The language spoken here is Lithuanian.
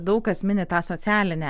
daug kas mini tą socialinę